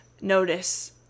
notice